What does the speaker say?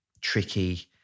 tricky